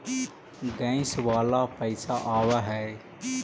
Gas वाला पैसा आव है?